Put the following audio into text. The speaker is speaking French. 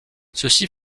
ceci